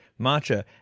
Matcha